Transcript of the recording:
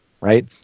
right